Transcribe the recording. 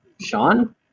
Sean